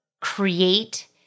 create